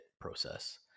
process